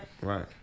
Right